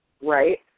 right